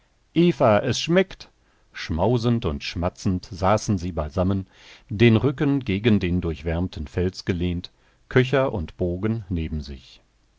es schmeckt schmausend und schmatzend saßen sie beisammen den rücken gegen den durchwärmten fels gelehnt köcher und bogen neben sich